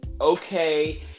okay